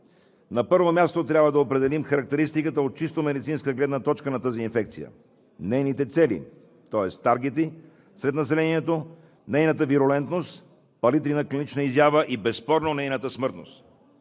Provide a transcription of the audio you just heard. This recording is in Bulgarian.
на първо място, трябва да определим от чисто медицинска гледна точка характеристиката на тази инфекция, нейните цели, тоест таргети сред населението, нейната виролентност, палитри на клинична изява и безспорно нейната смъртност.